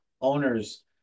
owners